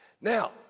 Now